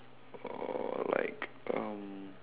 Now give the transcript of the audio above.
or like um